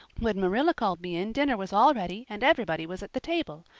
when marilla called me in dinner was all ready and everybody was at the table.